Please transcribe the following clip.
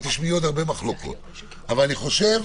אבל אני חושב,